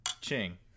Ching